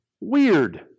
weird